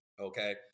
Okay